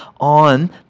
on